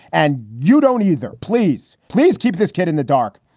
and you don't either. please, please keep this kid in the dark.